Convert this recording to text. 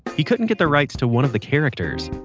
he couldn't get the rights to one of the characters.